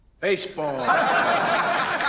Baseball